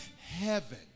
Heaven